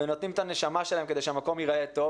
והם נותנים את הנשמה שלהם כדי שהמקום ייראה טוב,